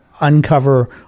uncover